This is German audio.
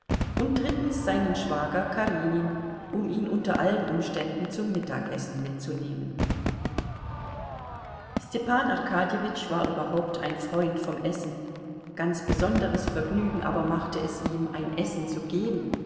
und drittens seinen schwager karenin um ihn unter allen umständen zum mittagessen mitzunehmen stepan arkadjewitsch war überhaupt ein freund vom essen ganz besonderes vergnügen aber machte es ihm ein essen zu geben